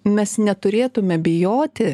mes neturėtume bijoti